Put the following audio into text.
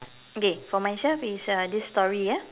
okay for myself it's uh this story ah